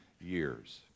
years